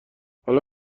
حالا